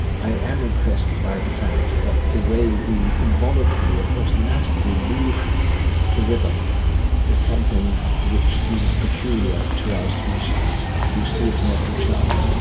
i am impressed by the fact that the way we involuntarily and automatically move to rhythm is something which seems peculiar to our species. you see it in every child,